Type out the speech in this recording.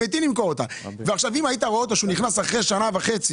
אם היית רואה אותם אחרי שנה וחצי,